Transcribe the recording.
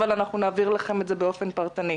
אבל אנחנו נעביר לכם את זה באופן פרטני.